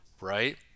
right